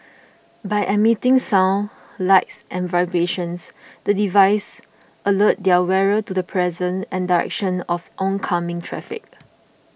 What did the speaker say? by emitting sound light and vibrations the devices alert their wearer to the presence and direction of oncoming traffic